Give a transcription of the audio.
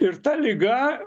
ir ta liga